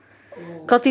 oh